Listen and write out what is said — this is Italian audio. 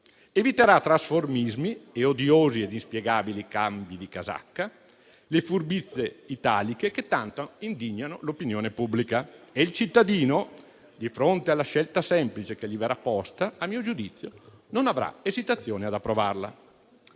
Eviterà trasformismi e odiosi ed inspiegabili cambi di casacca, le furbizie italiche che tanto indignano l'opinione pubblica. Il cittadino, di fronte alla scelta semplice che gli verrà posta, a mio giudizio non avrà esitazione ad approvarla.